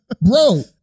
Bro